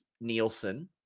Nielsen